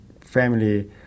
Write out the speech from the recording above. family